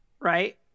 right